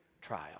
trial